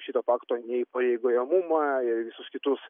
šito pakto neįpareigojamumą ir visus kitus